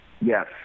yes